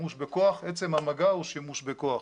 השימוש בכוח, עצם המגע הוא שימוש בכוח.